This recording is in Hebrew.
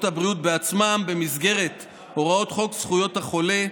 הבריאות בעצמם במסגרת הוראות חוק זכויות החולה,